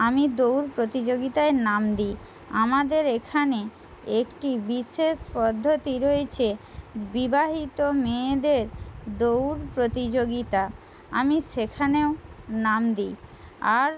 আমি দৌড় প্রতিযোগিতায় নাম দিই আমাদের এখানে একটি বিশেষ পদ্ধতি রয়েছে বিবাহিত মেয়েদের দৌড় প্রতিযোগিতা আমি সেখানেও নাম দিই আর